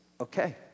okay